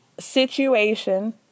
situation